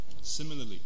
Similarly